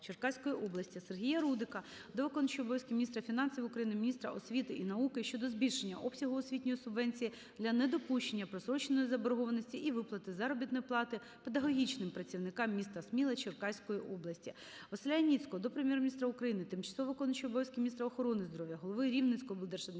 Сергія Рудика до виконувача обов'язків міністра фінансів України, міністра освіти і науки щодо збільшення обсягу освітньої субвенції для недопущення простроченої заборгованості і виплати заробітної плати педагогічним працівникам міста Сміла Черкаської області.